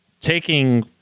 taking